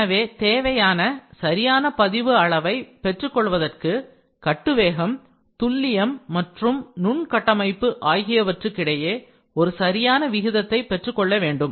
எனவே தேவையான சரியான பதிவு அளவை பெற்றுக்கொள்வதற்கு கட்டு வேகம் துல்லியம் மற்றும் நுண்கட்டமைப்பு ஆகியவற்றுக்கிடையே ஒரு சரியான விகிதத்தை பெற்றுக்கொள்ளவேண்டும்